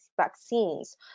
vaccines